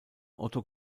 otto